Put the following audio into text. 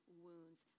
wounds